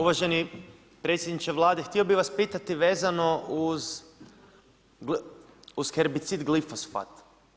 Uvaženi predsjedniče Vlade, htio bih vas pitati vezano uz herbicid glifosat.